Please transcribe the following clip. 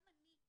גם אני,